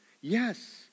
Yes